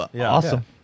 Awesome